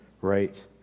right